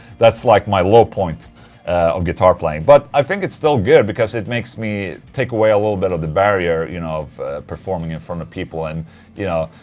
that's like my low point of guitar playing but i think it's still good, because it makes me take away a little bit of the barrier you know. of performing in front of people and you know,